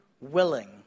willing